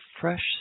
fresh